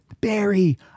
Barry